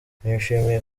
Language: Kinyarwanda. nishimiye